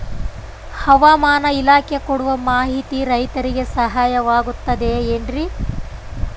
ಹವಮಾನ ಇಲಾಖೆ ಕೊಡುವ ಮಾಹಿತಿ ರೈತರಿಗೆ ಸಹಾಯವಾಗುತ್ತದೆ ಏನ್ರಿ?